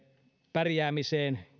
pärjäämiseen